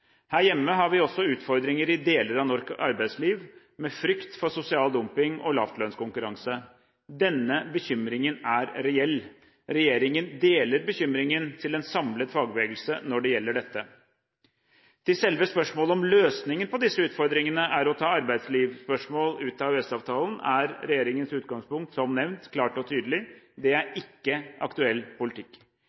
Her hjemme har vi også utfordringer i deler av norsk arbeidsliv, med frykt for sosial dumping og lavlønnskonkurranse. Denne bekymringen er reell. Regjeringen deler bekymringen til en samlet fagbevegelse når det gjelder dette. Til selve spørsmålet om løsningen på disse utfordringene er å ta arbeidslivsspørsmål ut av EØS-avtalen, er regjeringens utgangspunkt som nevnt klart og tydelig: Det er ikke aktuell politikk.